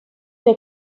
der